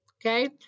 okay